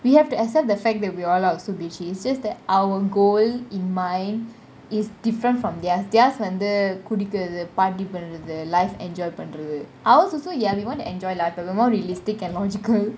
we have to accept the fact that we all are also bitchy it's that our goal in mind is different from theirs theirs வந்து குடிக்கிறது :vanthu kudikirathu party பண்றது :panrathu life enjoy பண்றது :panrathu ours also ya we want to enjoy life but we are more realistic and logical